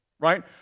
Right